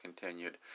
continued